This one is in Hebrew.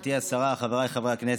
גברתי השרה, חבריי חברי הכנסת,